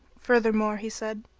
furthermore he said,